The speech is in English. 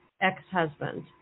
ex-husband